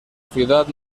ciudad